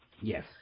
Yes